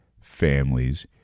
families